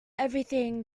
everything